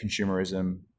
consumerism